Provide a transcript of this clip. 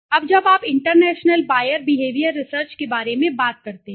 अब जब आप इंटरनेशनल बायर बिहेवियर रिसर्च के बारे में बात करते हैं